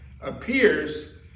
appears